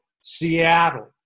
seattle